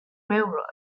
railroad